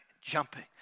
jumping